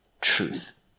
truth